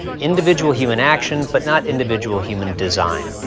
individual human action but not individual human design.